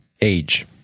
age